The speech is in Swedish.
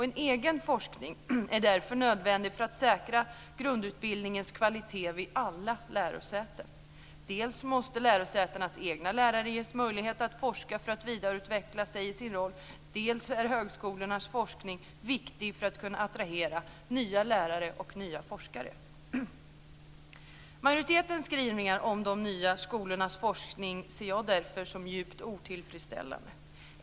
En egen forskning är därför nödvändig för att säkra grundutbildningens kvalitet vid alla lärosäten. Dels måste lärosätenas egna lärare ges möjlighet att forska för att vidareutvecklas i sin roll, dels är högskolornas forskning viktig för att kunna attrahera nya lärare och nya forskare. Majoritetens skrivningar om de nya skolornas forskning ser jag därför som djupt otillfredsställande.